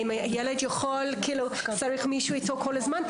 האם הילד צריך מישהו איתו כל הזמן,